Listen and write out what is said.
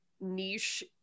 niche